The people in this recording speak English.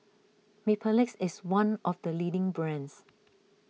Mepilex is one of the leading brands